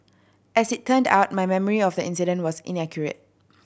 as it turned out my memory of the incident was inaccurate